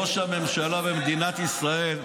ראש הממשלה במדינת ישראל,